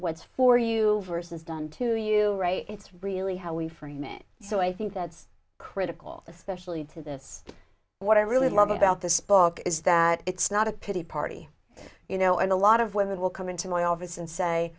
what was for you ever since done to you it's really how we frame it so i think that's critical especially to this what i really love about this book is that it's not a pity party you know and a lot of women will come into my office and say